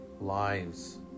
lives